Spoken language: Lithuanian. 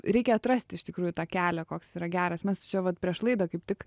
reikia atrasti iš tikrųjų tą kelią koks yra geras mes čia vat prieš laidą kaip tik